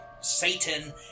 Satan